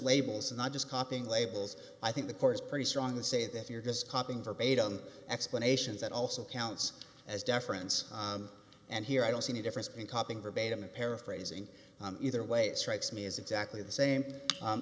labels and not just copying labels i think the court is pretty strong to say that you're just copying verbatim explanations that also counts as deference and here i don't see any difference in copying verbatim a paraphrasing either way it strikes me as exactly the same